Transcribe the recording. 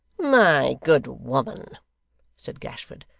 my good woman said gashford,